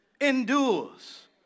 endures